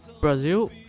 Brazil